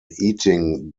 eating